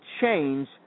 change